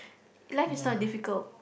life is not difficult